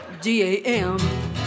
D-A-M